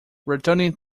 returning